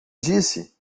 disse